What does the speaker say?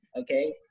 okay